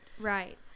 right